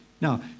Now